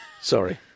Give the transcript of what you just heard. Sorry